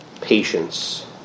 patience